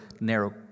narrow